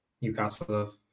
Newcastle